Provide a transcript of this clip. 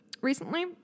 recently